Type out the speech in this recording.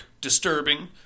disturbing